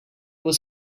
was